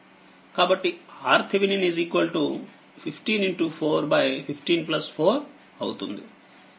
కాబట్టి RThevenin 154154 అవుతుంది